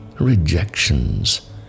Rejections